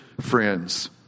friends